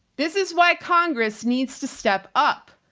this is why congress needs to step up.